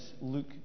Luke